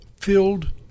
filled